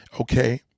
Okay